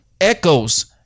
echoes